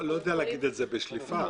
לא יודע לומר את זה בשליפה.